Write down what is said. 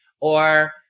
Or-